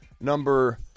number